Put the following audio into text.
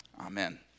Amen